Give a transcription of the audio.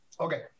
Okay